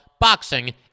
boxing